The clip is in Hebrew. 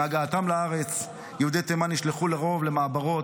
עם הגעתם לארץ לרוב נשלחו יהודי תימן למעברות,